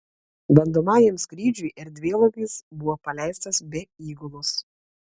bandomajam skrydžiui erdvėlaivis buvo paleistas be įgulos